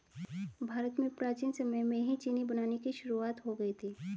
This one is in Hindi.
भारत में प्राचीन समय में ही चीनी बनाने की शुरुआत हो गयी थी